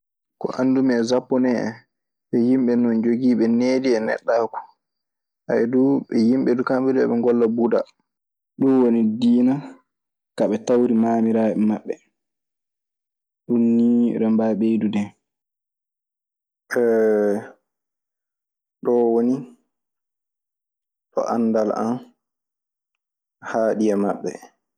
Ko anndumi e Sapponee en, ɓe yimɓe non jogiiɓe needi e neɗɗaagu. Ɓe yimɓe duu, kamɓe duu eɓe ngolla budaa. Ɗun wonii diina ka ɓe tawri maamiraaɓe maɓɓe. Ɗun nii eɗen mbaawi ɓeydude hen. ɗoo woni ɗo anndal am haaɗi e maɓɓe.